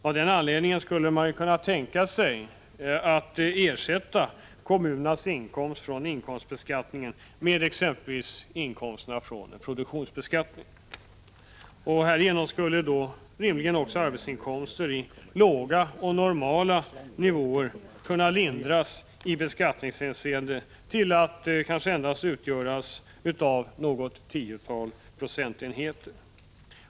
Av den anledningen skulle man kunna tänka sig att ersätta kommunernas inkomster från inkomstbeskattningen med exempelvis inkomsterna från produktionsbeskattningen. Härigenom skulle rimligen också arbetsinkomster på låga och normala nivåer kunna lindras i beskattningshänseende till att kanske endast utgöras av något tiotal procentenheter.